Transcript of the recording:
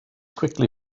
quickly